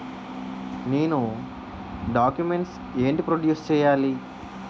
నేను డాక్యుమెంట్స్ ఏంటి ప్రొడ్యూస్ చెయ్యాలి?